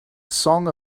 song